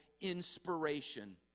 inspiration